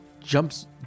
jumps